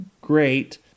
great